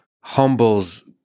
humbles